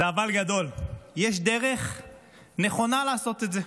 זה "אבל" גדול, יש דרך נכונה לעשות את זה,